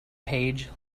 page